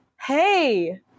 hey